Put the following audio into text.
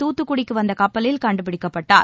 தூத்துக்குடிக்கு வந்த கப்பலில் கண்டுபிடிக்கப்பட்டார்